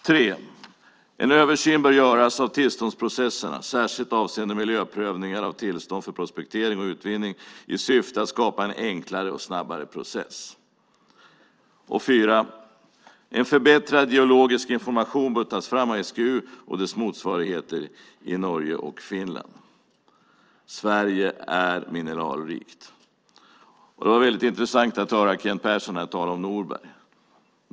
3. En översyn bör göras av tillståndsprocesserna, särskilt avseende miljöprövningar av tillstånd för prospektering och utvinning, i syfte att skapa en enklare och snabbare process. 4. En förbättrad geologisk information bör tas fram av SGU och dess motsvarigheter i Norge och Finland. Sverige är mineralrikt. Det var väldigt intressant att höra Kent Persson här tala om Norberg.